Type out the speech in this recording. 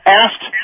asked